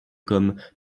comme